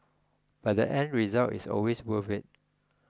but the end result is always worth it